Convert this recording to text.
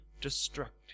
destructive